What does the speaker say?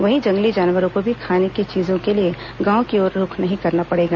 वहीं जंगली जानवरों को भी खाने की चीजों के लिए गांवों की ओर रूख नहीं करना पड़ेगा